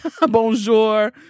Bonjour